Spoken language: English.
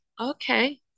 okay